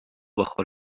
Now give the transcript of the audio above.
bajo